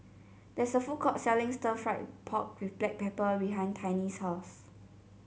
there is a food court selling Stir Fried Pork with Black Pepper behind Tiny's house